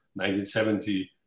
1970